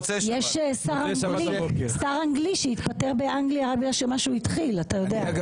באנגליה התפטר שר אנגלי רק בגלל שמה שהוא התחיל --- אגב,